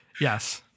Yes